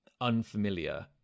unfamiliar